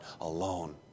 alone